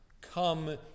come